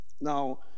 Now